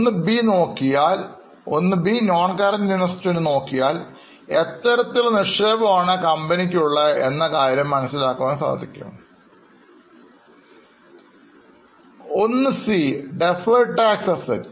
ഒന്ന് b നോക്കിയാൽ എത്തരത്തിലുള്ള നിക്ഷേപമാണ് കമ്പനിക്കുള്ള എന്ന കാര്യം മനസ്സിലാക്കാൻ സാധിക്കും 1c deferred tax asset